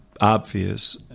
obvious